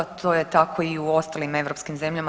To je tako i u ostalim europskim zemljama.